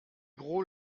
gros